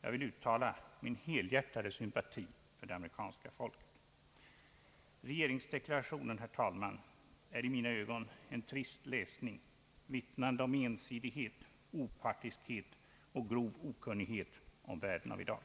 Jag vill uttala min helhjärtade sympati för hela det amerikanska folket. Regeringsdeklarationen, herr talman, är i mina ögon en trist läsning, vittnande om ensidighet, partiskhet och grov ckunnighet om världen av i dag.